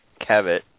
Kevitt